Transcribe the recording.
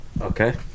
Okay